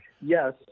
yes